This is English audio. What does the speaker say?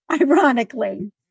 ironically